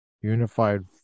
unified